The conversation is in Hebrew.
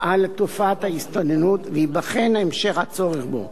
על תופעת ההסתננות וייבחן המשך הצורך בו.